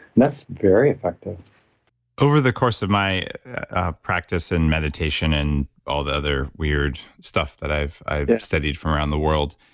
and that's very effective over the course of my practice and meditation and all the other weird stuff that i've i've studied from around the world,